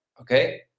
Okay